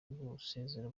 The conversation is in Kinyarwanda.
gusezera